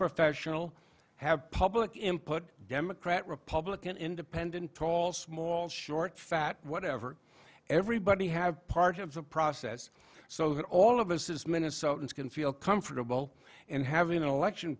professional have public input democrat republican independent tall small short fat whatever everybody have part of the process so that all of us is minnesotans can feel comfortable and have an election